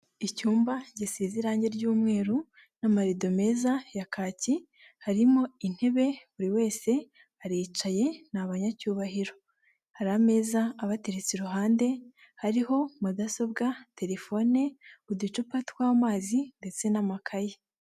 Icyumba gisize irangi ry'umweru n'amarido meza ya kaki, harimo intebe buri wese aricaye ni abanyacyubahiro, hari ameza abateretse iruhande hariho mudasobwa, telefone, uducupa tw'amazi ndetse n'amakayi.